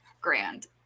grand